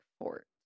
Fort